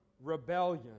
rebellion